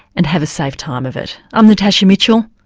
and have a safe time of it. i'm natasha mitchell,